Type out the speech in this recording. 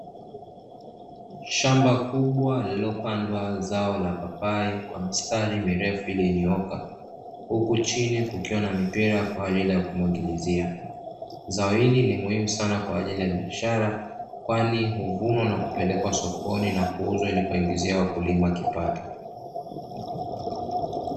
shamba kubwa lililopandwa zao la papai kwa mistari mirefu ilionyooka huku chini kukiwa na mipira kwaajili ya kumwagilizia, zao hili ni muhimu sana kwaajili ya biashara kwani huvunwa na kupelekwa sokoni na kuuzwa ili kuwaingizia wakulima kipato